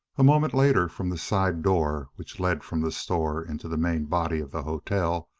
a moment later, from the side door which led from the store into the main body of the hotel,